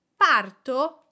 Parto